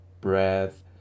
breath